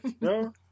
no